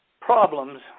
problems